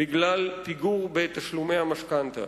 בגלל פיגור בתשלומי המשכנתה.